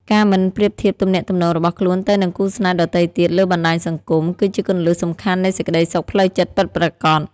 ការមិនប្រៀបធៀបទំនាក់ទំនងរបស់ខ្លួនទៅនឹងគូស្នេហ៍ដទៃទៀតលើបណ្ដាញសង្គម គឺជាគន្លឹះសំខាន់នៃសេចក្ដីសុខផ្លូវចិត្តពិតប្រាកដ។